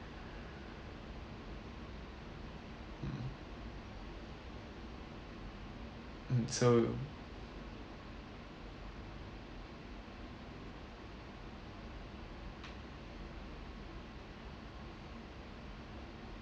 mm mm so